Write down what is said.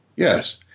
Yes